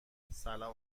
سلام